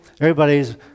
everybody's